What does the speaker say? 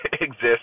exist